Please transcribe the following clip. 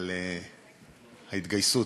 על ההתגייסות.